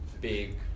big